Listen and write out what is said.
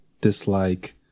dislike